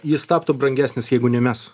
jis taptų brangesnis jeigu ne mes